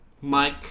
Mike